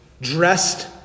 dressed